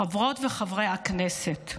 חברות וחברי הכנסת,